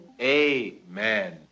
Amen